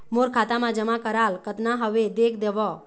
मोर खाता मा जमा कराल कतना हवे देख देव?